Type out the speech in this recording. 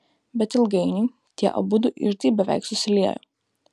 bet ilgainiui tie abudu iždai beveik susiliejo